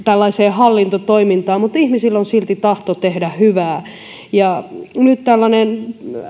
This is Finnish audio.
hallintotoimintaan mutta ihmisillä on silti tahto tehdä hyvää ja nyt tällainen